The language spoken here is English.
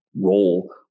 role